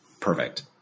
Perfect